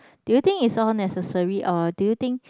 do you think it's all necessary or do you think